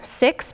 six